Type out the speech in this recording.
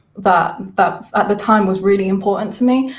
that that at the time was really important to me,